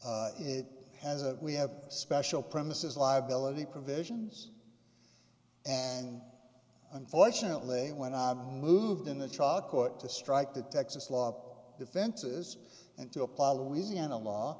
anna it has a we have special premises liability provisions and unfortunately when i moved in the trial court to strike the texas law defenses and to apply louisiana law